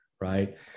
right